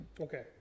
okay